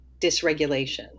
dysregulation